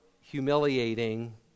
humiliating